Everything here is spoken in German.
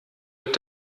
wird